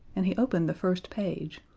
and he opened the first page,